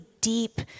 deep